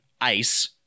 Ice